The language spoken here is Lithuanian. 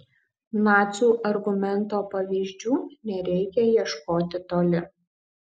nacių argumento pavyzdžių nereikia ieškoti toli